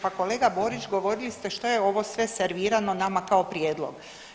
Pa kolega Borić govorili ste što je ovo sve servirano nama kao prijedlog.